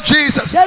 Jesus